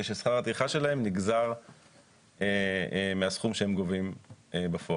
כששכר הטרחה שלהם נגזר מהסכום שהם גובים בפועל.